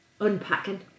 unpacking